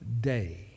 day